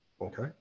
Okay